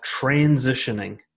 transitioning